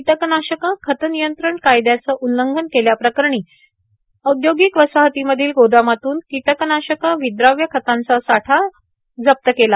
कोटकनाशक खत र्नियंत्रण कायद्याचे उल्लंघन केल्याप्रकरणी औदयोगक वसाहतीमधील गोदामातून कांटकनाशक र्वव्राव्य खतांचा साठा जप्त केला